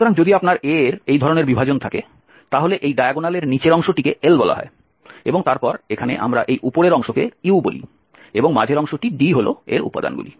সুতরাং যদি আপনার A এর এই ধরণের বিভাজন থাকে তাহলে এই ডায়াগোনালের নীচের অংশটিকে L বলা হয় এবং তারপর এখানে আমরা এই উপরের অংশকে U বলি এবং মাঝের অংশটি হল D এর উপাদানগুলি